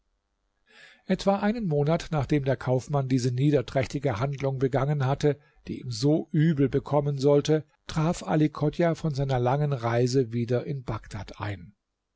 etwa einen monat nachdem der kaufmann diese niederträchtige handlung begangen hatte die ihm so übel bekommen sollte traf ali chodjah von seiner langen reise wieder in bagdad ein